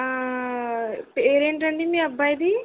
పేరు ఏంటండి మీ అబ్బాయిది